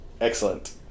Excellent